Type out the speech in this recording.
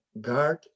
guard